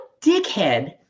dickhead